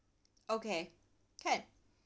okay can